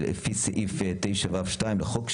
לפי סעיף 9(ו)(2) לחוק.